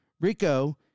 Rico